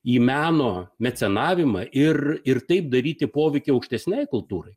į meno mecenavimą ir ir taip daryti poveikį aukštesniai kultūrai